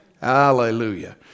Hallelujah